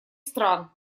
стран